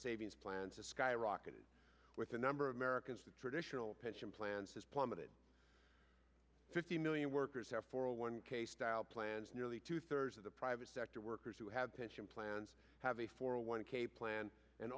savings plans is skyrocketing with a number of americans the traditional pension plans has plummeted fifty million workers have four hundred one k style plans nearly two thirds of the private sector workers who have pension plans have a four hundred one k plan and